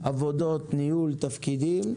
עבודות, ניהול, תפקידים,